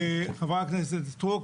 חברת הכנסת סטרוק,